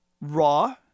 raw